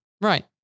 Right